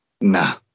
nah